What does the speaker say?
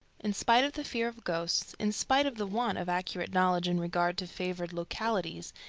in spite of the fear of ghosts, in spite of the want of accurate knowledge in regard to favored localities,